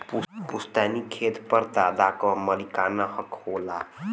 पुस्तैनी खेत पर दादा क मालिकाना हक होला